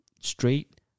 Straight